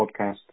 podcast